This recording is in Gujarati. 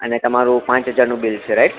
અને તમારું પાંચ હજારનું બિલ છે રાઈટ